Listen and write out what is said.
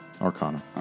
Arcana